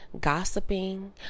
gossiping